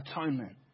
atonement